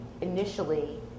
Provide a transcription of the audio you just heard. initially